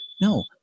no